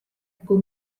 kui